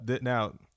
now